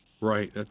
Right